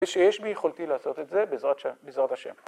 שיש ביכולתי לעשות את זה, בעזרת השם